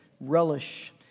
relish